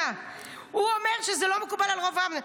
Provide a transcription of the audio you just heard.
הוא אומר שזה לא מקובל על רוב העם.